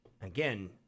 again